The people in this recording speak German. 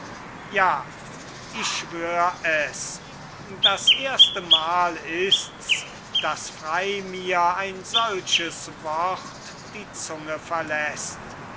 ja ich schwör es das erstemal ist's daß frei mir ein solches wort die zunge verläßt